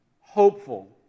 hopeful